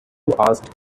asked